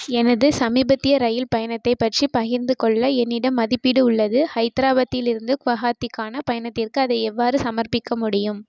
எனது சமீபத்திய இரயில் பயணத்தைப் பற்றி பகிர்ந்து கொள்ள என்னிடம் மதிப்பீடு உள்ளது ஹைதராபாத்திலிருந்து குவஹாத்திக்கான பயணத்திற்கு அதை எவ்வாறு சமர்ப்பிக்க முடியும்